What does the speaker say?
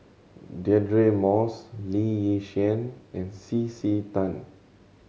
Deirdre Moss Lee Yi Shyan and C C Tan